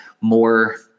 more